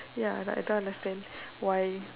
ya like I I don't understand why